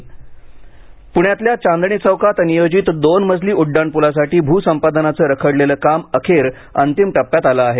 प्ण्यातल्या चांदणी चौकात नियोजित दोन मजली उड्डाणप्लासाठी भ्रसंपादनाचं रखडलेलं काम अखेर अंतिम टप्प्यात आलं आहे